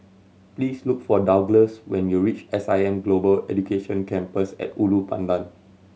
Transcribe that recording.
please look for Douglass when you reach S I M Global Education Campus At Ulu Pandan